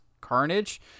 Carnage